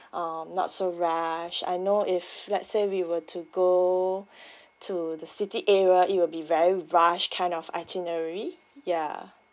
um not so rush I know if let's say we were to go to the city area it will be very rush kind of itinerary ya